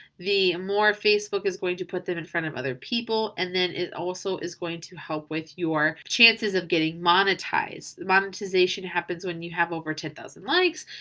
the more facebook is going to put them in front of other people. and then it also is going to help with your chances of getting monetized. the monetization happens when you have over ten thousand likes.